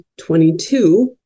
22